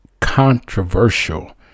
controversial